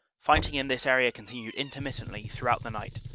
fighting in this area continued intermittently throughout the night,